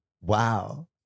Wow